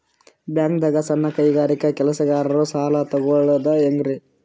ಬ್ಯಾಂಕ್ದಾಗ ಸಣ್ಣ ಕೈಗಾರಿಕಾ ಕೆಲಸಗಾರರು ಸಾಲ ತಗೊಳದ್ ಹೇಂಗ್ರಿ?